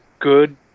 good